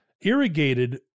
irrigated